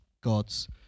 God's